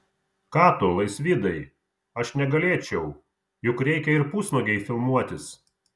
ką tu laisvydai aš negalėčiau juk reikia ir pusnuogei filmuotis